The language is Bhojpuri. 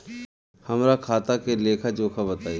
हमरा खाता के लेखा जोखा बताई?